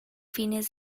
fines